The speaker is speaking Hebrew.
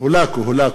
(אומר דברים בשפה הערבית)